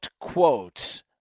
quotes